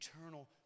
eternal